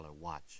watch